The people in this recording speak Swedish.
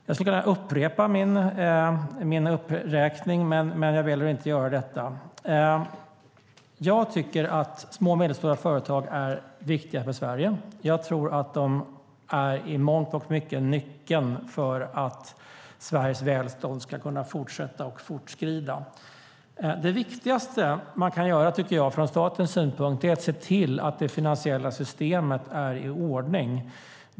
Jag skulle kunna upprepa min uppräkning, men jag väljer att inte göra det. Jag tycker att små och medelstora företag är viktiga för Sverige. Jag tror att de i mångt och mycket är nyckeln till att Sveriges välstånd ska kunna fortsätta och öka. Det viktigaste som jag anser att man kan göra från statens sida är att se till att det finansiella systemet är i ordning.